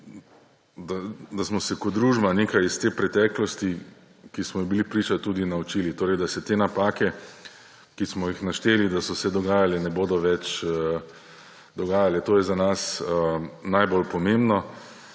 da smo se kot družba nekaj iz te preteklosti, ki smo ji bili priča, tudi naučili, da se te napake, ki smo jih našteli in so se dogajale, ne bodo več dogajale. To je za nas najbolj pomembno.